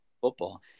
football